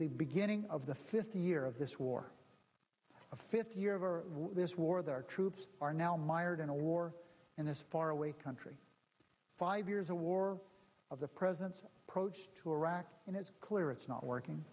the beginning of the fifth year of this war a fifth year of this war the our troops are now mired in a war and is far away country five years a war of the president's approach to iraq and it's clear it's not working